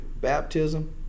baptism